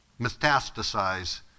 metastasize